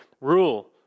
rule